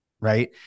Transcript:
Right